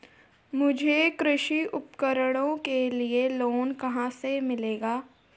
मुझे कृषि उपकरणों के लिए लोन कहाँ से मिलेगा?